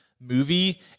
movie